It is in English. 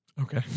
Okay